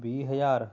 ਵੀਹ ਹਜ਼ਾਰ